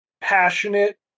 passionate